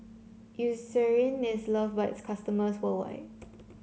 Eucerin is loved by its customers worldwide